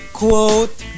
quote